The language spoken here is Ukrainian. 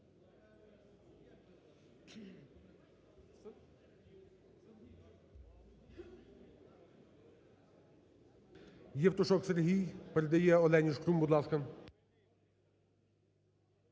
Євтушок Сергій передає Альоні Шкрум, будь ласка.